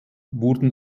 wurden